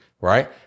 Right